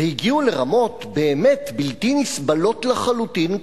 והגיעו לרמות באמת בלתי נסבלות לחלוטין,